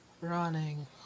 Running